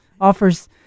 Offers